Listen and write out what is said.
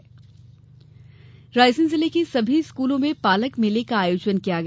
पालक मेला रायसेन जिले के सभी स्कूलो में पालक मेले का आयोजन किया गया